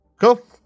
cool